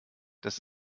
das